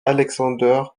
alexander